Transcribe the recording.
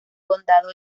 condado